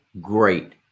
great